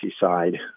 side